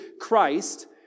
Christ